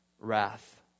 Wrath